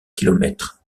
kilomètres